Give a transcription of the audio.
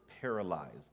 paralyzed